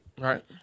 Right